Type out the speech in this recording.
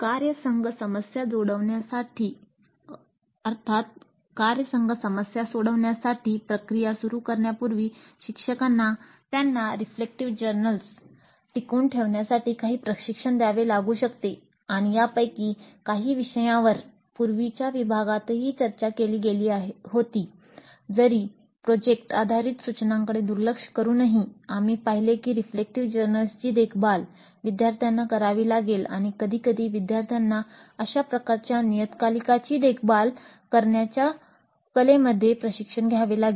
कार्यसंघ समस्या सोडवण्याची प्रक्रिया सुरू करण्यापूर्वी शिक्षकांना त्यांना रिफ्लेक्टिव्ह जर्नल्स देखभाल विद्यार्थ्यांना करावी लागेल आणि कधीकधी विद्यार्थ्यांना अशा प्रकारच्या नियतकालिकांची देखभाल करण्याच्या कलेमध्ये प्रशिक्षण घ्यावे लागेल